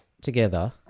together